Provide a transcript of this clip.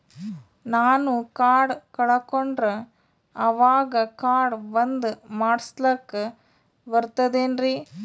ನಾನು ಕಾರ್ಡ್ ಕಳಕೊಂಡರ ಅವಾಗ ಕಾರ್ಡ್ ಬಂದ್ ಮಾಡಸ್ಲಾಕ ಬರ್ತದೇನ್ರಿ?